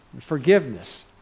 forgiveness